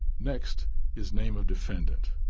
next is name of defendant.